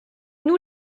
nous